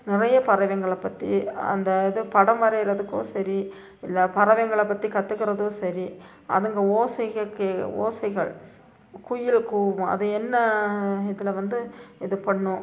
நிறைய பறவைகள பற்றி அந்த இதை படம் வரைகிறதுக்கும் சரி இல்லை பறவைகள பற்றி கற்றுக்கிறதும் சரி அதுங்கள் ஓசையை கேட்க ஓசைகள் குயில் கூவும் அது என்ன இதில் வந்து இது பண்ணும்